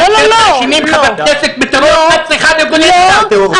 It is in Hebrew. כאשר מאשימים חבר כנסת בטרור את צריכה לגונן עליו.